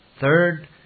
Third